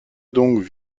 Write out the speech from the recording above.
doncques